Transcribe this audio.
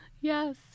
Yes